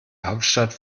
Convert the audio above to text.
hauptstadt